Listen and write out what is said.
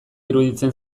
iruditzen